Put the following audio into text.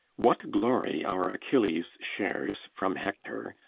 what glory our achilles shares from hector,